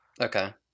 Okay